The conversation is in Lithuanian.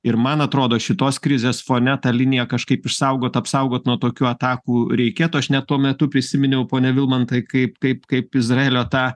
ir man atrodo šitos krizės fone ta linija kažkaip išsaugot apsaugot nuo tokių atakų reikėtų aš net tuo metu prisiminiau pone vilmantai kaip kaip kaip izraelio tą